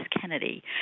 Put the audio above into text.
Kennedy